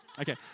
Okay